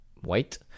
white